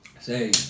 say